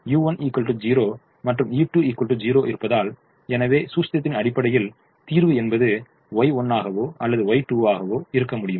u1 0 மற்றும் u2 0 இருப்பதால் எனவே சூஸ்திரத்தின் அடிப்படையில் தீர்வு என்பது Y1 ஆகவோ அல்லது Y2 ஆகவோ இருக்க முடியும்